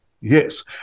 Yes